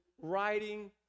writing